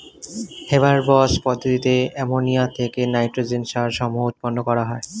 Haber Bosch পদ্ধতিতে ammonia থেকে nitrogen সার সমূহ উৎপন্ন করা হয়